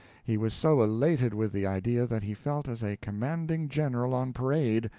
he was so elated with the idea that he felt as a commanding general on parade,